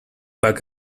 back